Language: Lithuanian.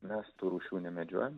mes tų rūšių nemedžiojam